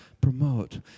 promote